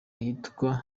ahitwa